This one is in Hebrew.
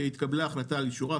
שהתקבלה החלטה על אישורה,